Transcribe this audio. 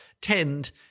tend